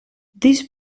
this